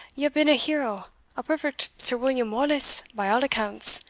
you have been a hero a perfect sir william wallace, by all accounts.